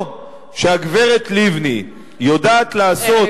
או שהגברת לבני יודעת לעשות איזה הוקוס,